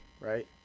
right